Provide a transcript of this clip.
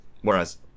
Whereas